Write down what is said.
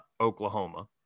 Oklahoma